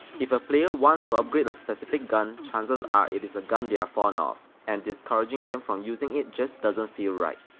if a player wants to upgrade a specific gun, chances are it is a gun they're ah fond of, and discouraging them from using it just doesn't feel right.